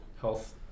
health